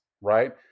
Right